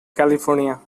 california